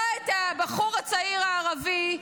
לא את הבחור הצעיר הערבי,